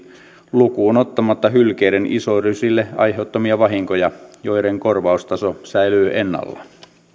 lukuun ottamatta hylkeiden isorysille aiheuttamia vahinkoja joiden korvaustaso säilyy ennallaan